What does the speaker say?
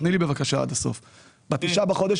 אתה תעשה בהם פעילות כלכלית.